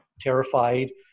terrified